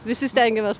visi stengiamės